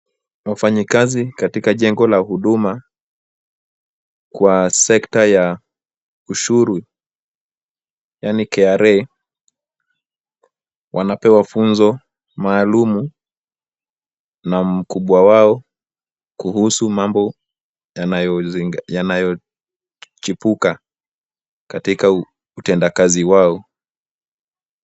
Wafanyikazi katika jengo la Huduma kwa sekta ya ushuru, yaani KRA, wanapewa funzo maalum na mkubwa wao kuhusu mambo yanayochipuka katika utendakazi wao.